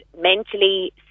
mentally